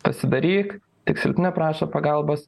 pasidaryk tik silpni prašo pagalbos